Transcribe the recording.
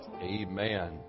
Amen